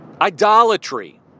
idolatry